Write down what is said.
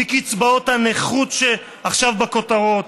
מקצבאות הנכות שעכשיו בכותרות,